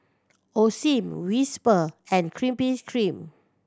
Osim Whisper and Krispy Kreme